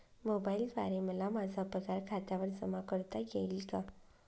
मोबाईलद्वारे मला माझा पगार खात्यावर जमा करता येईल का?